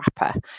wrapper